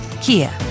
Kia